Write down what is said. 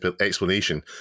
explanation